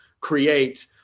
create